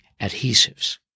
adhesives